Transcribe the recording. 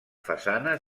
façana